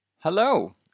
Hello